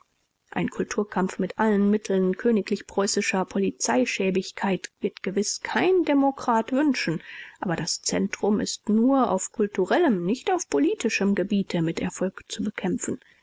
einen kulturkampf mit allen mitteln königlich-preußischer polizeischäbigkeit wird gewiß kein demokrat wünschen aber das zentrum ist nur auf kulturellem nicht auf politischem gebiete mit erfolg zu bekämpfen